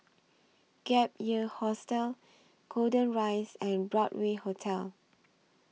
Gap Year Hostel Golden Rise and Broadway Hotel